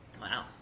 Wow